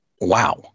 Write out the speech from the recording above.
Wow